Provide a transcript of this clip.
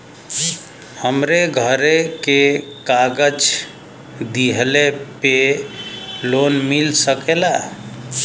हमरे घरे के कागज दहिले पे लोन मिल सकेला?